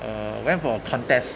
uh went for a contest